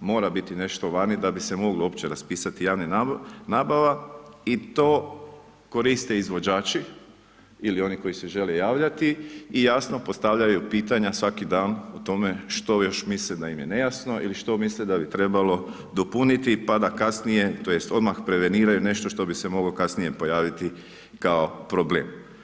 mora biti nešto vani da bi se moglo uopće raspisati javna nabava i to koriste izvođači ili oni koji se žele javljati i jasno postavljaju pitanja svaki dan o tome što još misle da im je nejasno ili što misle da bi trebalo dopuniti pa da kasnije, tj. odmah preveniraju nešto što bi se moglo kasnije pojaviti kao problem.